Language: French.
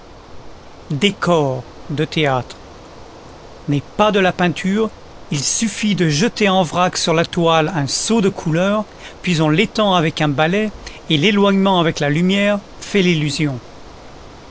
décor de théâtre n'est pas de la peinture il suffit de jeter en vrac sur la toile un seau de couleurs puis on l'étend avec un balai et l'éloignement avec la lumière fait l'illusion